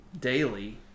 daily